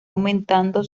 aumentando